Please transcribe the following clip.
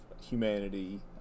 humanity